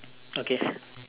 okay